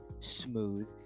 Smooth